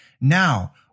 now